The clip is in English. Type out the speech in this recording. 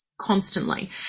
Constantly